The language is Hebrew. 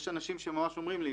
יש אנשים שממש אומרים לי,